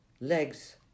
legs